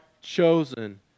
chosen